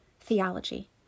theology